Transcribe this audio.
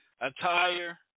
attire